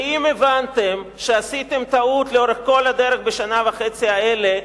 ואם הבנתם שעשיתם טעות לאורך כל הדרך בשנה וחצי האלה,